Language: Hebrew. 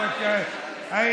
חראם עליך.